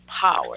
power